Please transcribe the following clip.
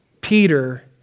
Peter